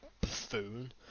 buffoon